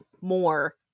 more